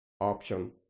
option